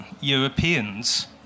Europeans